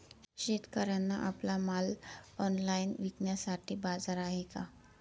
शेतकऱ्यांना आपला माल ऑनलाइन विकण्यासाठी बाजार आहे का?